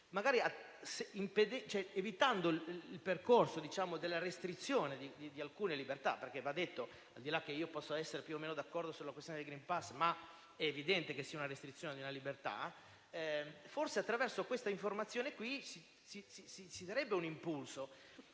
vaccinati. Evitando il percorso della restrizione di alcune libertà perché, al di là del fatto che io possa essere più o meno d'accordo sulla questione del *green* *pass*, è evidente che si tratti di una restrizione della libertà, forse attraverso questa informazione si darebbe un impulso.